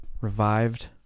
revived